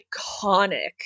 iconic